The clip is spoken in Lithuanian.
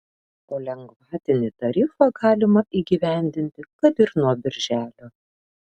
o lengvatinį tarifą galima įgyvendinti kad ir nuo birželio